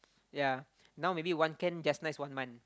ya now maybe one can just nice one month